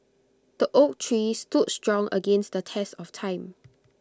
the oak tree stood strong against the test of time